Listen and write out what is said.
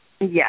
Yes